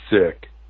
sick